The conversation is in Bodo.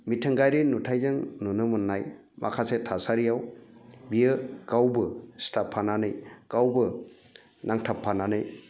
मिथिंगायारि नुथायजों नुनो मोननाय माखासे थासारियाव बियो गावबो सिथाबफानानै गावबो नांथाबफानानै